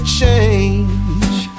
change